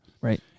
Right